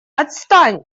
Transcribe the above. отстань